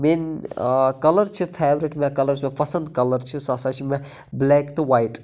میٲنۍ کلر چھِ فیورِٹ مےٚ کلر چھُ مےٚ فیورِٹ پسنٛد کلر چھِ سَہ سا چھِ مےٚ بلیک تہٕ وایِٹ